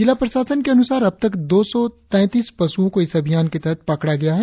जिला प्रशासन के अनुसार अबतक दो सौ तैतीस पशुओं को इस अभियान के तहत पकड़ा गया है